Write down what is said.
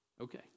Okay